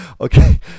Okay